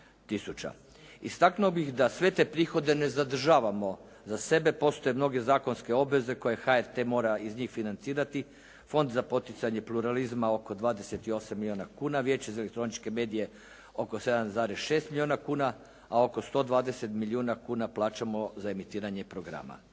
Istaknuo bih da sve te prihode ne zadržavamo za sebe, postoje mnoge zakonske obveze koje HRT mora iz njih financirati Fond za poticanje pluralizma oko 28 milijuna kuna, Vijeće za elektroničke medije oko 7,6 milijuna kuna, a oko 120 milijuna kuna plaćamo za emitiranje programa.